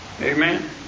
Amen